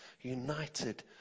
United